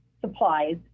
supplies